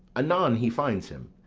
anon he finds him,